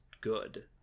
good